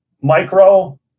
micro